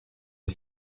des